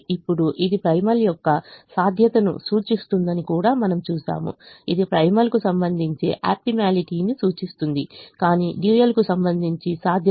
ఇప్పుడు ఇది ప్రైమల్ యొక్క సాధ్యతను సూచిస్తుందని కూడా మనము చూశాము ఇది ప్రైమల్కు సంబంధించి ఆప్టిమాలిటీని సూచిస్తుందికానీ డ్యూయల్ కు సంబంధించి సాధ్యత